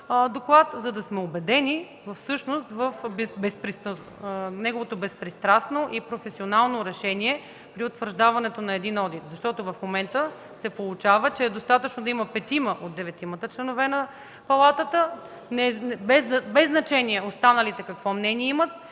доклад, за да сме убедени в същност в неговото безпристрастно и професионално решение при утвърждаването на един одит. В момента се получава така, че е достатъчно да има петима от деветимата членове на Палатата, без значение останалите какво мнение имат